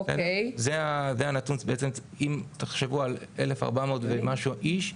אם תחשבו על 1,400 איש,